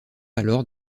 alors